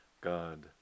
God